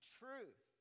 truth